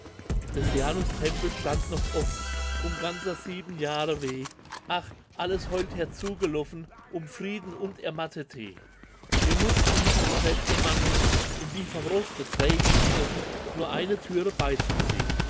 des janus tempel stand noch offen um ganzer sieben jahre weh ach alles heult herzugeloffen um frieden und ermattete wem mussten nicht die kräfte mangeln in die vom roste trägen angeln nur eine türe beyzuziehn